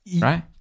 right